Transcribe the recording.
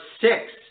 six